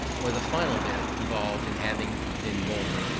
or the final death involved in having been born.